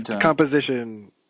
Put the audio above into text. Composition